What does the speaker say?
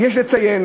יש לציין